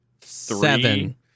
seven